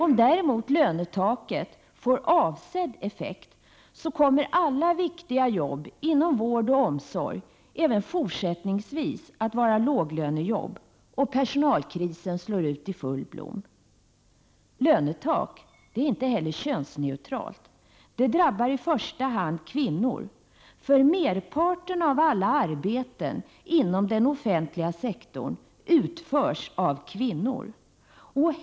Om däremot lönetaket får avsedd effekt, kommer alla viktiga jobb inom vård och omsorg även fortsättningsvis att vara låglönejobb, och personalkrisen slår ut i full blom. Lönetak är inte heller könsneutralt. Det drabbar i första hand kvinnor, för merparten av alla arbeten inom den offentliga sektorn utförs av kvinnor.